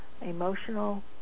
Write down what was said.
emotional